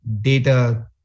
data